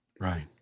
Right